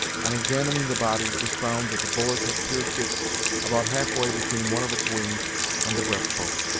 on examining the body, it was found that the bullet had pierced it about half way between one of its wings and the breast-bone.